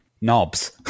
knobs